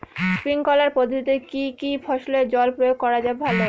Sprinkler পদ্ধতিতে কি কী ফসলে জল প্রয়োগ করা ভালো?